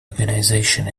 organization